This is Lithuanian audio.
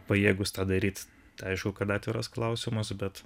pajėgūs tą daryt tai aišku kad atviras klausimas bet